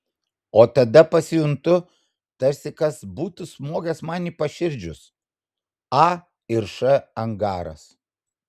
o tada pasijuntu tarsi kas būtų smogęs man į paširdžius a ir š angaras